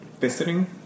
visiting